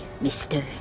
Mister